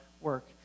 work